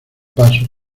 paso